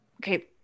Okay